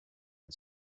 and